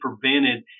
prevented